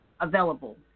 available